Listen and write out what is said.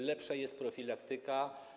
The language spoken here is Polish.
Lepsza jest profilaktyka.